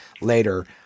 later